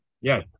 Yes